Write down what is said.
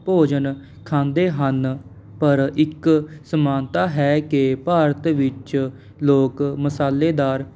ਭੋਜਨ ਖਾਂਦੇ ਹਨ ਪਰ ਇੱਕ ਸਮਾਨਤਾ ਹੈ ਕਿ ਭਾਰਤ ਵਿੱਚ ਲੋਕ ਮਸਾਲੇਦਾਰ